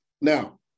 Now